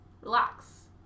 relax